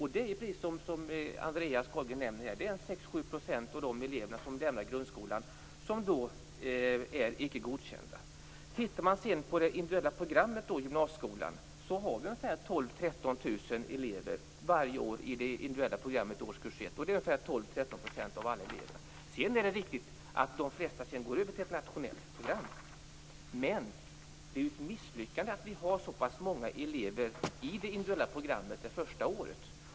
Precis som Andreas Carlgren nämnde lämnar 6-7 % av eleverna grundskolan utan att ha fått godkänt. I det individuella programmet i gymnasieskolans årskurs 1 har vi mellan 12 000 och 13 000 elever varje år, och det är ungefär 12-13 % av alla elever. Det är riktigt att de flesta sedan går över till ett nationellt program, men det är ändå ett misslyckande att vi har så pass många elever i det individuella programmet det första året.